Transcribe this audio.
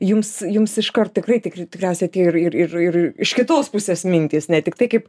jums jums iškart tikrai tikr tikriausia ir ir ir iš kitos pusės mintys ne tiktai kaip